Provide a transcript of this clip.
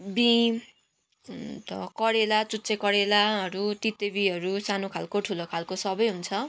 बिहीँ अन्त करेला चुच्चे करेलाहरू तित्ते बिहीँहरू सानो खालको ठुलो खालको सबै हुन्छ